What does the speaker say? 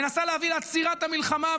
מנסה להביא לעצירת המלחמה,